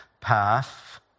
path